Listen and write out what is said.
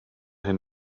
hyn